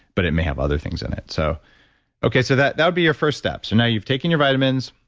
but it may have other things in it. so okay, so that that would be your first step. so, now you've taken your vitamins.